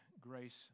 grace